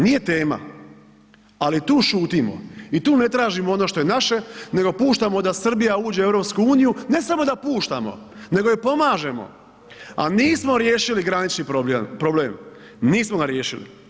Nije tema ali i tu šutimo i tu ne tražimo ono što je naše, nego puštamo da Srbija uđe u EU, ne samo da puštamo, nego joj i pomažemo a nismo riješili granični problem, nismo ga riješili.